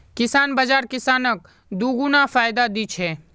किसान बाज़ार किसानक दोगुना फायदा दी छे